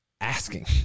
asking